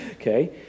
okay